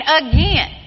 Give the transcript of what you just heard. again